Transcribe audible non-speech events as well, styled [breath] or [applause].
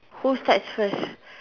who starts first [breath]